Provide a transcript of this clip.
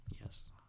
Yes